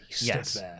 yes